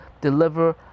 deliver